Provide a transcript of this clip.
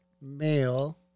male